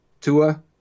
Tua